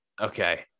Okay